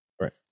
Right